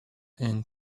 and